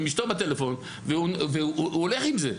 עם אשתו בטלפון והוא הולך עם זה.